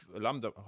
Lambda